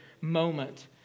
moment